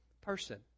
person